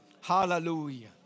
hallelujah